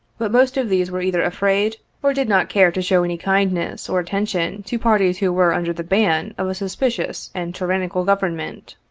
but most of these were either afraid, or did not care to show any kindness or attention to parties who were under the ban of a suspicious and tyrannical government.